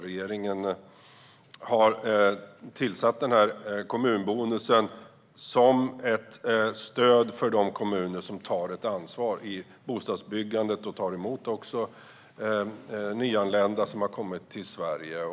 Regeringen har infört denna kommunbonus som ett stöd för de kommuner som tar ett ansvar för bostadsbyggandet och också tar emot nyanlända i Sverige.